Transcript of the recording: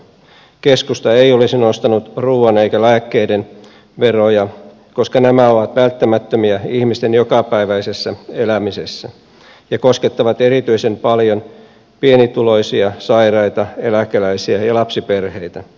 keskusta ei olisi nostanut ruuan eikä lääkkeiden veroja koska nämä ovat välttämättömiä ihmisten jokapäiväisessä elämisessä ja koskettavat erityisen paljon pienituloisia sairaita eläkeläisiä ja lapsiperheitä